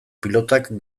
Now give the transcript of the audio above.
pilotak